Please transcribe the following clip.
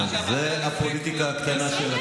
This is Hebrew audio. זו הפוליטיקה הקטנה שלכם.